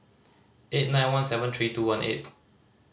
eight nine one seven three two one eight